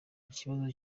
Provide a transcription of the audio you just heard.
ikibazo